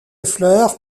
fleur